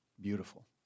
beautiful